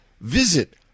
visit